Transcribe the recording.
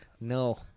No